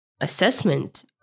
assessment